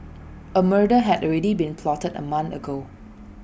A murder had already been plotted A month ago